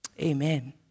amen